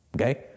Okay